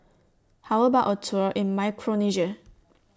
How about A Tour in Micronesia